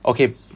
okay